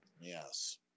Yes